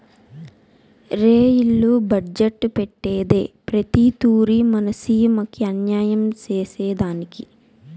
rail budget పెట్టేదే ప్రతి తూరి మన సీమకి అన్యాయం సేసెదానికి